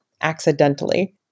accidentally